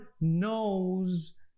knows